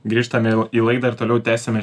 grįžtame į laidą ir toliau tęsiame